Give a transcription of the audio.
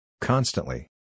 Constantly